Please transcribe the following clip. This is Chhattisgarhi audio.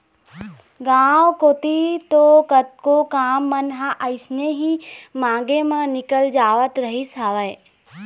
गांव कोती तो कतको काम मन ह अइसने ही मांगे म निकल जावत रहिस हवय